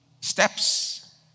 steps